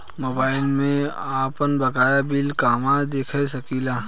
Mobile में आपनबकाया bill कहाँसे देख सकिले?